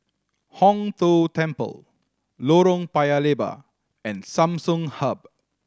Hong Tho Temple Lorong Paya Lebar and Samsung Hub